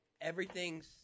everything's